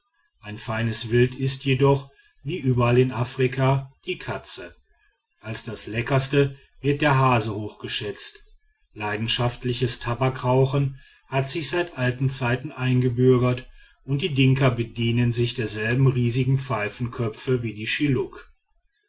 ein feines wild ist jedoch wie überall in afrika die katze als das leckerste wird der hase hochgeschätzt leidenschaftliches tabakrauchen hat sich seit alten zeiten eingebürgert und die dinka bedienen sich derselben riesigen pfeifenköpfe wie die schilluk